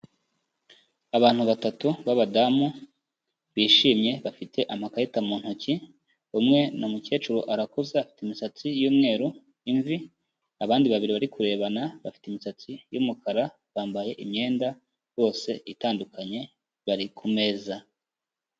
Abantu batatu b'abadamu, bishimye bafite amakarita mu ntoki, umwe ni umukecuru arakuze afite imisatsi y'umweru (imvi), abandi babiri bari kurebana bafite imisatsi y'umukara, bambaye imyenda bose itandukanye bari ku meza.